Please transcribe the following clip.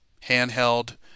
Handheld